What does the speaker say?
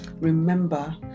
remember